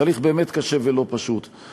תהליך באמת קשה ולא פשוט,